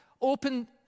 open